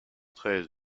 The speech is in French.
treize